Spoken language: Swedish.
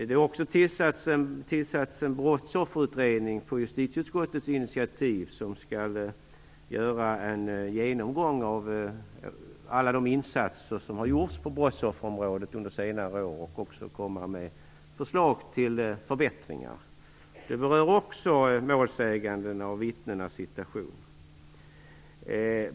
Det har också på justitieutskottets initiativ tillsatts en brottsofferutredning, som skall göra en genomgång av alla de insatser som under senare år har gjorts på brottsofferområdet och lägga fram förslag till förbättringar. Också den berör bl.a. målsägandenas och vittnenas situation.